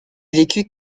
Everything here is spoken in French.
vécut